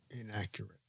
Inaccurate